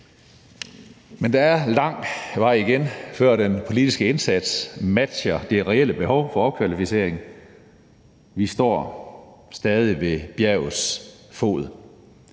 Men der er lang vej igen, før den politiske indsats matcher det reelle behov for opkvalificering. Vi står stadig ved bjergets fod.